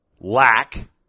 lack